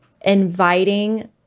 inviting